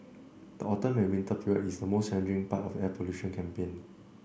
the autumn and winter period is the most challenging part of the air pollution campaign